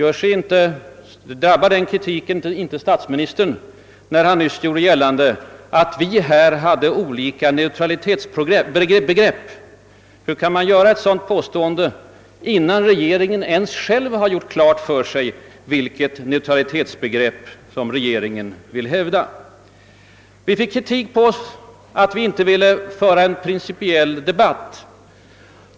Drabbade inte hans kritik statsministern när denne nyss gjorde gällande att vi skulle ha olika neutralitetsbegrepp? Hur kan man komma med ett sådant påstående innan regeringen ens själv klarlagt vilket neutralitetsbegrepp som den vill hävda? Vi inom oppositionen fick även kritik för att vi inte ville föra en principiell debatt.